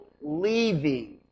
leaving